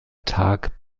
tag